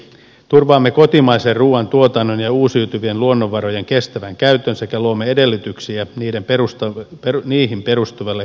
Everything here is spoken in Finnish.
turvaamme kotimaisen ruuan tuotannon ja uusiutuvien luonnonvarojen kestävän käytön sekä luomme edellytyksiä niihin perustuville elinkeinoille ja hyvinvoinnille